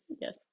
yes